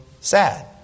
sad